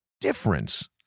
difference